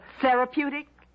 Therapeutic